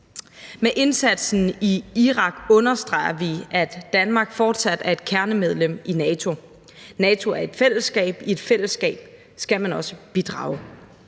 Med indsatsen i Irak understreger vi, at Danmark fortsat er et kernemedlem i NATO. NATO er et fællesskab, og i et fællesskab skal man også bidrage.